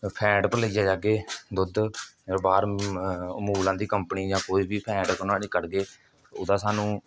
fat उप्पर लेइयै जागे दुद्ध जेह्ड़े बाह्र अमूल आह्ले दी कम्पनी जां कोई बी फैट नुआढ़ी कड्ढगे ओह्दा सानूं